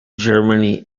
germany